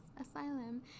Asylum